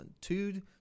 Two